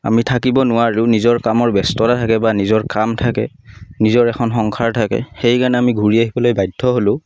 আমি থাকিব নোৱাৰোঁ নিজৰ কামৰ ব্যস্ততা থাকে বা নিজৰ কাম থাকে নিজৰ এখন সংসাৰ থাকে সেইকাৰণে আমি ঘূৰি আহিবলৈ বাধ্য হ'লো